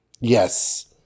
Yes